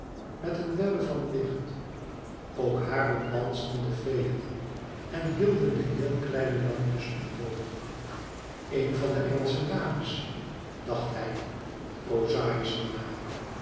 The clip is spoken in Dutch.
met een webbe van licht ook haar omdansten de feeen en hidden de heel kleine lampjes omhoog een van de engelsche dames dacht hij prozai'scher na